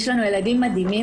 יש לנו ילדים מדהימים.